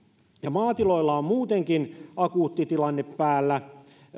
maatiloilla on muutenkin akuutti tilanne päällä täytyy